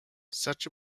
such